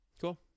cool